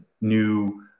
new